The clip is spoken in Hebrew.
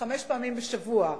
חמש פעמים בשבוע,